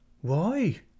Why